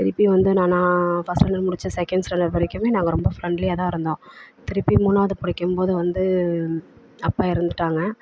திருப்பி வந்து நான் நான் ஃபஸ்ட் ஸ்டாண்டர்ட் முடித்து செகெண்ட் ஸ்டாண்டர்ட் வரைக்குமே நாங்கள் ரொம்ப ஃப்ரெண்ட்லியாக தான் இருந்தோம் திருப்பி மூணாது படிக்கும்போது வந்து அப்பா இறந்துட்டாங்க